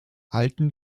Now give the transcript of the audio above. alten